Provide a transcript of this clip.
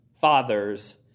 fathers